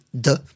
de